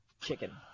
chicken